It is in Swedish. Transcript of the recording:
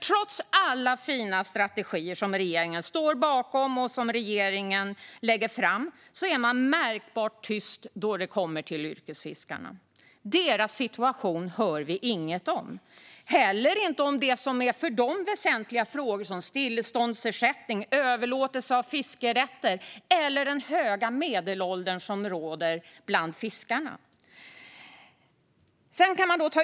Trots alla fina strategier som regeringen står bakom och lägger fram är man märkbart tyst då det kommer till yrkesfiskarna. Deras situation hör vi inget om. Vi hör heller inget om för dem väsentliga frågor som stilleståndsersättning, överlåtelse av fiskerätter och den höga medelålder som råder bland fiskarna.